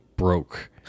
Broke